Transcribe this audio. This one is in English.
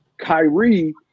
Kyrie